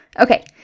Okay